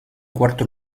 cuarto